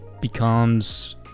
becomes